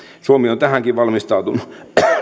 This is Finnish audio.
suomi on tähänkin valmistautunut